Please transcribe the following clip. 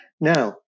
Now